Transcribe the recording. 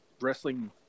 wrestling